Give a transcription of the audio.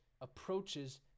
Approaches